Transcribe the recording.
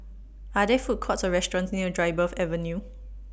Are There Food Courts Or restaurants near Dryburgh Avenue